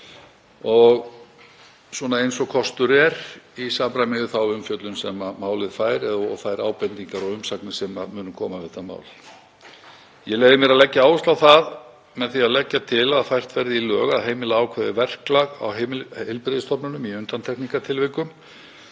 eins og kostur er, í samræmi við þá umfjöllun sem málið fær eða þær ábendingar og umsagnir sem munu koma við þetta mál. Ég leyfi mér að leggja áherslu á það að með því að leggja til að fært verði í lög að heimila ákveðið verklag á heilbrigðisstofnunum í undantekningartilvikum